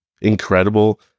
incredible